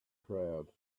crowd